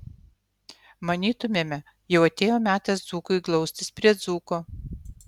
manytumėme jau atėjo metas dzūkui glaustis prie dzūko